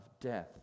death